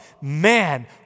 man